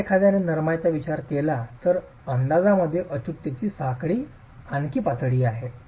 आता जर एखाद्याने नरमाईचा विचार केला तर अंदाजांमध्ये अचूकतेची आणखी पातळी आहे